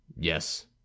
Yes